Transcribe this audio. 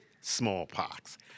smallpox